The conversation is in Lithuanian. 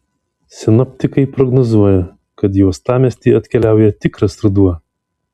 sinoptikai prognozuoja kad į uostamiestį atkeliauja tikras ruduo